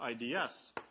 IDS